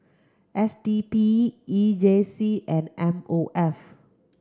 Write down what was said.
S D P E J C and M O F